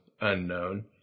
unknown